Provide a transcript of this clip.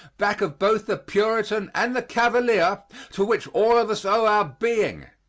back of both the puritan and the cavalier to which all of us owe our being.